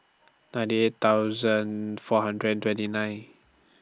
ninety eight thousand four hundred and twenty nine